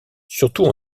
surtout